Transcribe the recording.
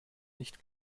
nicht